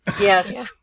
Yes